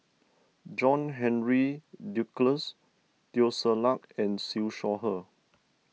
John Henry Duclos Teo Ser Luck and Siew Shaw Her